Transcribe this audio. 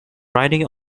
riding